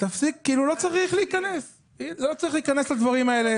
לא צריך להיכנס לדברים האלה.